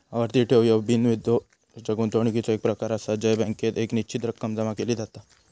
आवर्ती ठेव ह्यो बिनधोक्याच्या गुंतवणुकीचो एक प्रकार आसा जय बँकेत एक निश्चित रक्कम जमा केली जाता